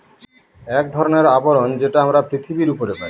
এক ধরনের আবরণ যেটা আমরা পৃথিবীর উপরে পাই